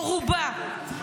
או רובה,